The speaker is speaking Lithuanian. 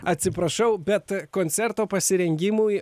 atsiprašau bet koncerto pasirengimui